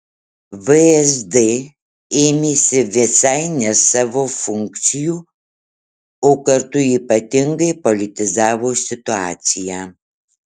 vsd ėmėsi visai ne savo funkcijų o kartu ypatingai politizavo situaciją